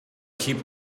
keep